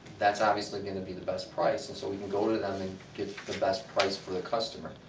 that's obviously going to be the best price, and so we can go to to them and get the best price for the customer,